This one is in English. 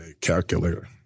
calculator